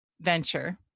venture